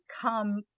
come